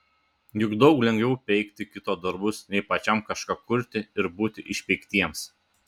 juk daug lengviau peikti kito darbus nei pačiam kažką kurti ir būti išpeiktiems